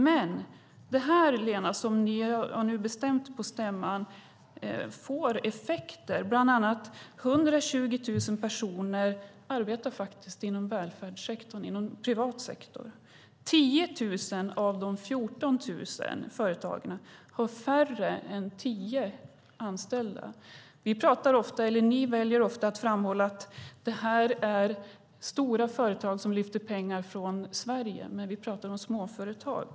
Men det som ni nu har bestämt på er kongress, Lena, får effekter. Bland annat arbetar 120 000 personer inom den privata välfärdssektorn. 10 000 av de 14 000 företagen har färre än tio anställda. Ni väljer ofta att framhålla att det här handlar om stora företag som lyfter pengar från Sverige. Men vi pratar om småföretag.